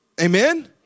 Amen